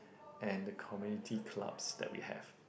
and the community clubs that we have